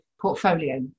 portfolio